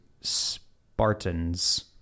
Spartans